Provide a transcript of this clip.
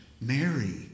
Mary